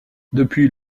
depuis